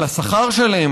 על השכר שלהם,